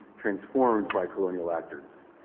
transformed by colonial actors.